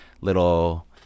little